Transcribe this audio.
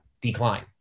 decline